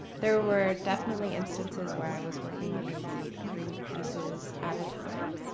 there were definitely instances where i was working on maybe three pieces at a time.